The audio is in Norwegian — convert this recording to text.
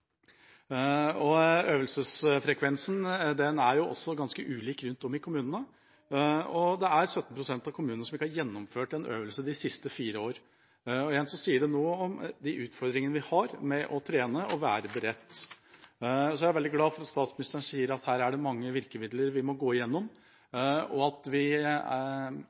av kommunene som ikke har gjennomført en øvelse de siste fire år. Igjen sier det noe om de utfordringene vi har med å trene og å være beredt. Så jeg er veldig glad for at statsministeren sier at her er det mange virkemidler vi må gå gjennom, og at det er viktig at vi